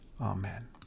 amen